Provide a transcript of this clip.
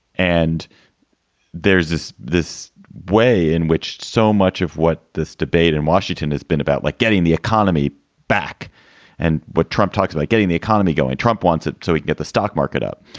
and there's this this way in which so much of what this debate in washington has been about, like getting the economy back and what trump talks about, getting the economy going. trump wants it to get the stock market up.